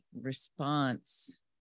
response